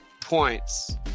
points